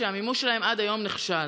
שהמימוש שלהן עד היום נכשל.